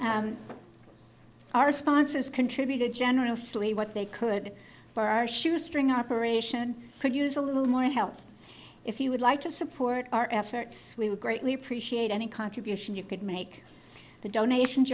there our sponsors contributed general slee what they could by our shoestring operation could use a little more help if you would like to support our efforts we would greatly appreciate any contribution you could make the donation